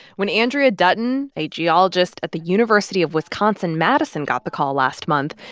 when andrea dutton, a geologist at the university of wisconsin-madison, got the call last month,